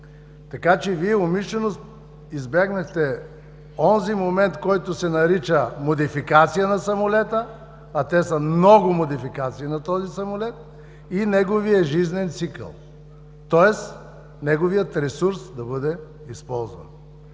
Така че Вие умишлено избегнахте онзи момент, който се нарича „модификация на самолета“, а те са много модификации на този самолет, и неговият жизнен цикъл. Тоест неговият ресурс да бъде използван.